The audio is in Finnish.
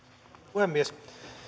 puhemies